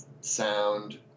sound